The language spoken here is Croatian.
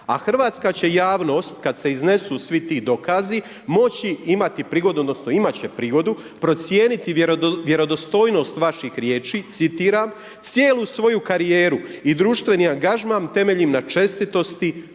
A hrvatska će javnost, kada se iznesu svi ti dokazi, moći imati prigodu, odnosno, imati će prigodu procijeniti vjerodostojnost vaših riječi, citiram, cijelu svoju karijeru i društveni angažman temeljena na čestitosti,